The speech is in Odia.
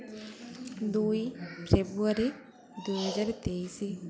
ଦୁଇ ଫେବୃଆରୀ ଦୁଇହଜାର ତେଇଶି